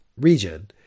region